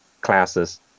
classes